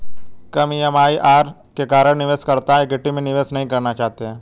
कम MIRR के कारण निवेशकर्ता इक्विटी में निवेश नहीं करना चाहते हैं